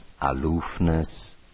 aloofness